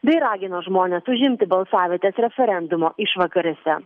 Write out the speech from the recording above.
bei ragino žmones užimti balsavietes referendumo išvakarėse